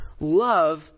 love